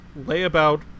layabout